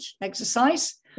exercise